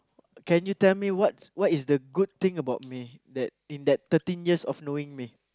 can you tell me what what is the good thing about me that in that thirteen years of knowing me